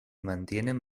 mantienen